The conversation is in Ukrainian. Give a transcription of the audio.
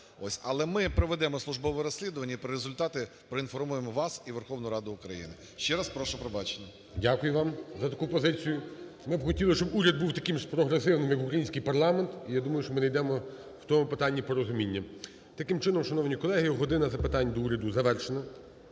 Але ми проведемо службове розслідування і про результати проінформуємо вас і Верховну Раду України. Ще раз прошу пробачення. ГОЛОВУЮЧИЙ. Дякую вам за таку позицію. Ми б хотіли, щоб уряд був таким же прогресивним як український парламент. І я думаю, що ми найдемо в тому питанні порозуміння. Таким чином, шановні колеги, "година запитань до Уряду" завершена.